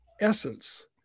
essence